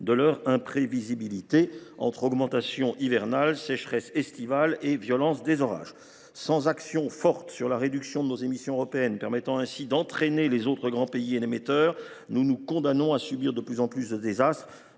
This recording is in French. de leur imprévisibilité, entre augmentation hivernale, sécheresse estivale et violence des orages. Sans action forte sur la réduction de nos émissions européennes, permettant ainsi d’entraîner les autres grands pays émetteurs, nous nous condamnons à subir de plus en plus de désastres.